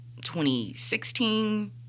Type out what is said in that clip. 2016